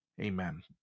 Amen